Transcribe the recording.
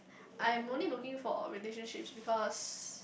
I'm only looking for relationships because